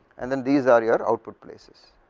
and thenthese are your output placesand